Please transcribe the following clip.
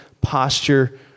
posture